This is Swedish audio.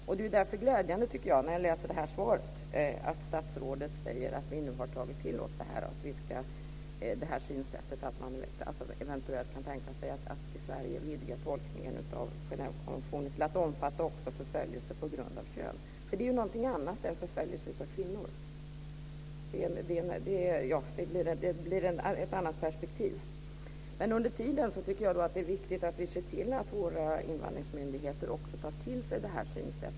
Därför är det glädjande, tycker jag, att statsrådet i det här svaret säger att man nu har tagit till sig det här synsättet att man eventuellt kan tänka sig att i Sverige vidga tolkningen av Genèvekonventionen till att omfatta också förföljelse på grund av kön. Det är ju någonting annat än förföljelse av kvinnor. Det blir ett annat perspektiv. Under tiden tycker jag att det är viktigt att vi ser till att våra invandringsmyndigheter också tar till sig det här synsättet.